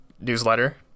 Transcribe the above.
newsletter